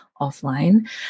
offline